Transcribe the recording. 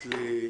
בוקר טוב לכם.